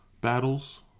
battles